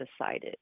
decided